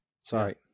Sorry